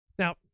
Now